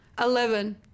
Eleven